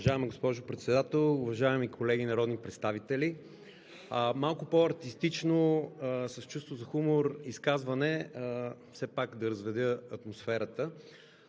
Уважаема госпожо Председател, уважаеми колеги народни представители! Малко по-артистично изказване с чувство за хумор, все пак да разведря атмосферата,